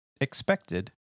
expected